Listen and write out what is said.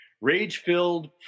Rage-filled